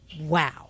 Wow